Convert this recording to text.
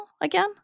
again